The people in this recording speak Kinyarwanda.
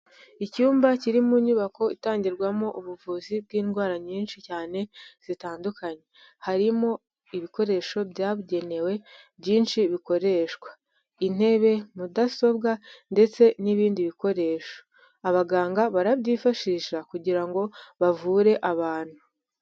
Icyumba kiri mu nyubako itangirwamo ubuvuzi bw'indwara nyinshi cyane zitandukanye. Harimo ibikoresho byabugenewe, byinshi bikoreshwa. Intebe, mudasobwa ndetse n'ibindi bikoresho. Abaganga barabyifashisha kugira ngo bavure abantu.